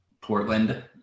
Portland